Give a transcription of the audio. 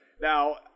Now